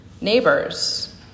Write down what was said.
neighbors